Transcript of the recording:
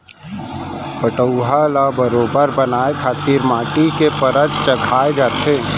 पटउहॉं ल बरोबर बनाए खातिर माटी के परत चघाए जाथे